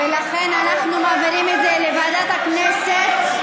ולכן אנחנו מעבירים את זה לוועדת הכנסת,